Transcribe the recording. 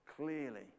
clearly